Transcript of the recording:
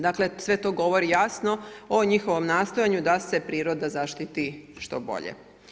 Dakle sve to govori jasno o njihovom nastojanju da se priroda zaštiti što bolje.